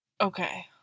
Okay